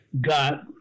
got